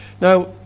Now